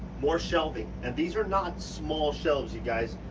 more shelving and these are not small shelves, you guys,